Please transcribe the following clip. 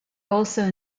also